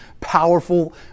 powerful